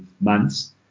months